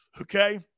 Okay